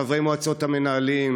חברי מועצות המנהלים,